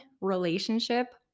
relationship